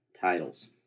titles